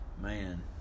Man